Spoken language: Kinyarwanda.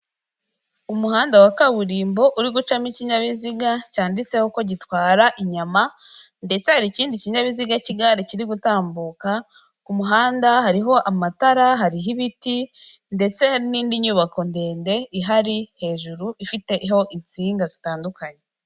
Umuhanda wa kaburimbo uri gucamo ikinyabiziga cyanditseho ko gitwara inyama ndetse hari ikindi kinyabiziga cy'igare kiri gutambuka. Ku muhanda hariho amatara, hariho ibiti ndetse n'indi nyubako ndende ihari hejuru ifiteho insinga zitandukanye.